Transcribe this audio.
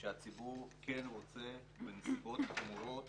שהציבור כן רוצה בנסיבות חמורות